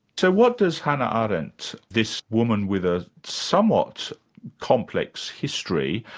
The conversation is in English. so what does hannah arendt, this woman with a somewhat complex history,